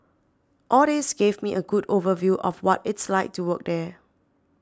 all this gave me a good overview of what it's like to work there